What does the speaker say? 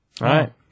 right